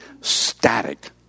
static